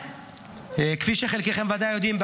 כפי שחלקכם בוודאי יודעים,